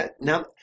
now